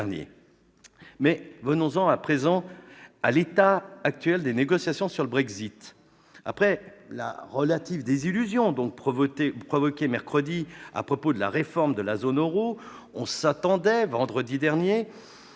J'en viens à présent à l'état actuel des négociations sur le Brexit. Après la relative désillusion de mercredi concernant la réforme de la zone euro, on s'attendait vendredi à un